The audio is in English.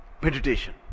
meditation